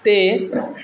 ते